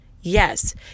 Yes